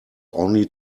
only